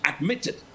admitted